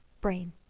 brain